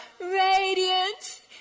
radiant